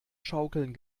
schaukeln